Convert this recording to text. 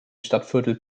stadtviertel